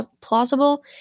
plausible